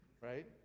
right